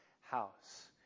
house